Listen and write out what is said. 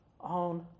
on